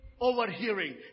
overhearing